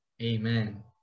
Amen